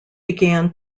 began